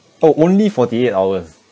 oh only forty eight hours